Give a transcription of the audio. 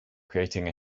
creating